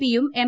P യും M